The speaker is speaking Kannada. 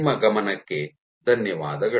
ನಿಮ್ಮ ಗಮನಕ್ಕೆ ಧನ್ಯವಾದಗಳು